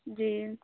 جی